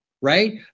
right